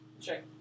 check